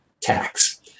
tax